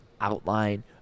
outline